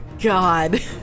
God